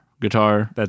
guitar